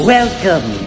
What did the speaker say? Welcome